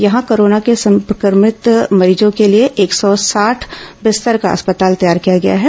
यहां कोरोना से संक्रभित मरीजों के लिए एक सौ साठ बिस्तर का अस्पताल तैयार किया गया है